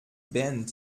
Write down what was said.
band